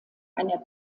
einer